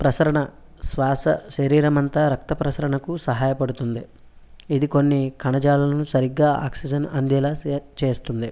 ప్రసరణ శ్వాస శరీరం అంతా రక్త ప్రసరణకు సహాయపడుతుంది ఇది కొన్ని కణజాలను సరిగ్గా ఆక్సిజన్ అందేలా చే చేస్తుంది